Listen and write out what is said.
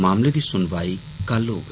मामले दी सुनवाई कल होग